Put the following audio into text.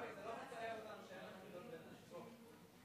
גם פועל פלסטיני שחוזר לביתו אחרי המלחמה